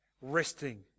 Resting